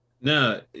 No